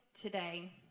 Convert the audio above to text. today